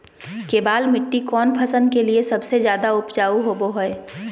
केबाल मिट्टी कौन फसल के लिए सबसे ज्यादा उपजाऊ होबो हय?